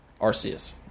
Arceus